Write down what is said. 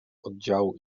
oddziału